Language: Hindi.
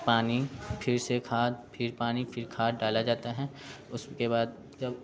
पानी फिर से खाद फिर पानी फिर खाद डाला जाता है उसके बाद जब